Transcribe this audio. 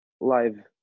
live